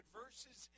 verses